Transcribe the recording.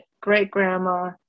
great-grandma